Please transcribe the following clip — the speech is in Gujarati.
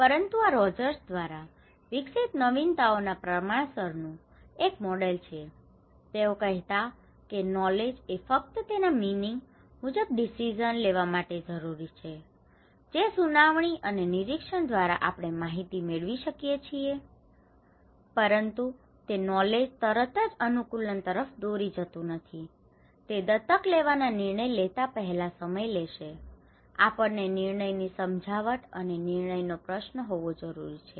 પરંતુ આ રોજર્સ દ્વારા વિકસિત નવીનતાઓના પ્રસરણનું એક મોડેલ છે તેઓ કહેતા કે નોલેજ knowledge જ્ઞાન એ ફક્ત તેના મીનિંગ meaning અર્થ મુજબ ડિસિઝન decision નિર્ણય લેવા માટે જરૂરી છે જે સુનાવણી અને નિરીક્ષણ દ્વારા આપણે માહિતી મેળવી શકીએ છીએ પરંતુ તે નોલેજ knowledge જ્ઞાન તરત જ અનુકૂલન તરફ દોરી જતું નથી તે દત્તક લેવાના નિર્ણય લેતા પહેલા સમય લેશે આપણને નિર્ણયની સમજાવટ અને નિર્ણયનો પ્રશ્ન હોવો જરૂરી છે